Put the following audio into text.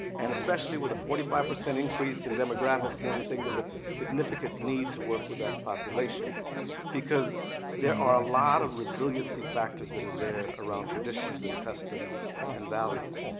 and especially with a forty five percent increase in demographics and everything, there's a significant need to work with that population because there are a lot of resiliency factors that are there around traditions and customs and values.